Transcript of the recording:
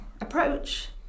approach